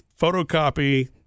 photocopy